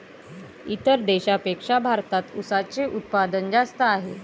इतर देशांपेक्षा भारतात उसाचे उत्पादन जास्त आहे